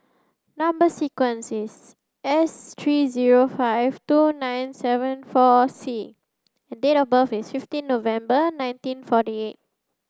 number sequence is S three zero five two nine seven four C and date of birth is fifteen November nineteen forty eight